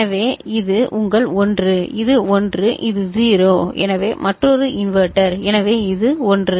எனவே இது உங்கள் 1 இது 1 இது 0 எனவே மற்றொரு இன்வெர்ட்டர் எனவே இது 1